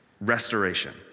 Restoration